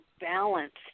balanced